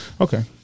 okay